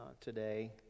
today